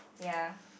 ya